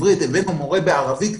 הבאנו מורה בערבית,